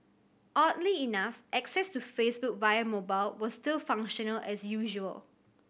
oddly enough access to Facebook via mobile was still functional as usual